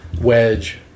wedge